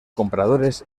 compradores